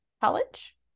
college